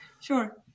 sure